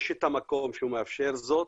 יש את המקום שמאפשר זאת,